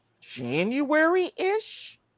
January-ish